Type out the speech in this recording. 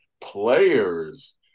players